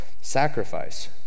sacrifice